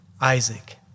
Isaac